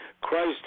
Christ